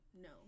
no